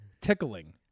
Tickling